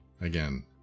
again